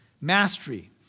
Mastery